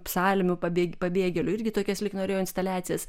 psalmių pabėg pabėgėlių irgi tokias lyg norėjau instaliacijas